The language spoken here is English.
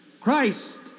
Christ